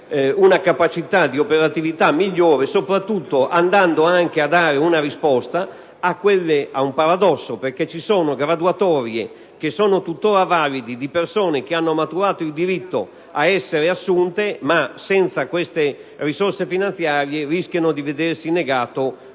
una capacità di operatività migliore, soprattutto andando a dare una risposta a un paradosso. Ci sono, infatti, graduatorie che sono tuttora valide di persone che hanno maturato il diritto a essere assunte, ma che senza quelle risorse finanziarie rischiano di vedersi negati